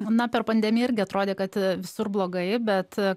na per pandemiją irgi atrodė kad visur blogai bet